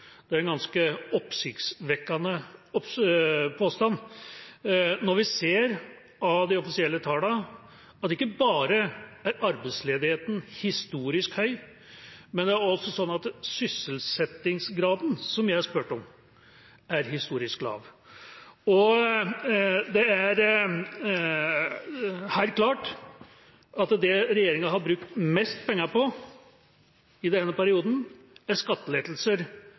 Det er en ganske oppsiktsvekkende påstand når vi ser av de offisielle tallene at ikke bare er arbeidsledigheten historisk høy, men det er også sånn at sysselsettingsgraden – som jeg spurte om – er historisk lav. Det er helt klart at det regjeringa har brukt mest penger på i denne perioden, er skattelettelser,